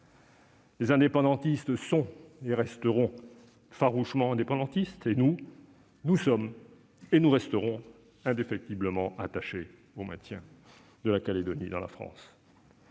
Les indépendantistes sont et resteront farouchement indépendantistes ; quant à nous, nous sommes et nous resterons indéfectiblement attachés au maintien de la Calédonie dans la France,